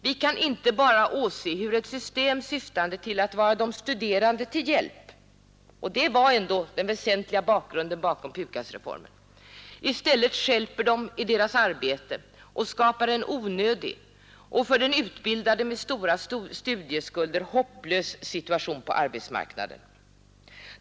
Vi kan inte bara åse hur ett system som syftade till att vara de studerande till hjälp — och det var ändå den väsentliga bakgrunden till PUKAS-reformen — i stället stjälper dem i deras arbete och skapar en onödig och för den utbildade med stora studieskulder hopplös situation på arbetsmarknaden.